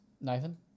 Nathan